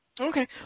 Okay